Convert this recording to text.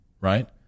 right